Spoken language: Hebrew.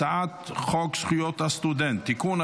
הצעת חוק זכויות הסטודנט (תיקון,